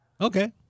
Okay